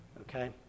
Okay